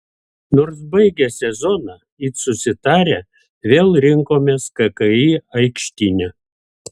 nors baigę sezoną it susitarę vėl rinkomės kki aikštyne